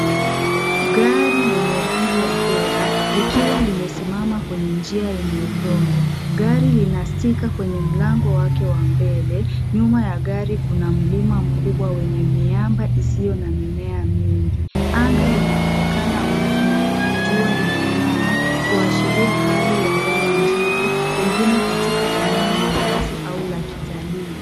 Gari lenye rangi ya fedha likiwa limesimama kwenye njia yenye udongo. Gari lina sticker kwenye mlango wake wa mbele. Nyuma ya gari kuna mlima mkubwa wenye miamba isiyo na mimea mingi. Anga linaonekana wazi na jua linang'aa kuashiria hali ya hewa nzuri pengine katika eneo la wazi au la kitalii.